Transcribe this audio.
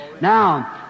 Now